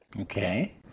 Okay